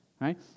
right